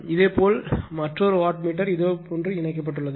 இதேபோல் மற்றொரு watt meter இதுபோன்று இணைக்கப்பட்டுள்ளது